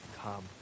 Come